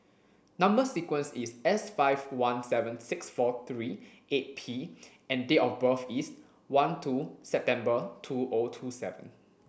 number sequence is S five one seven six four three eight P and date of birth is one two September two zero two seven